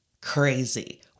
crazy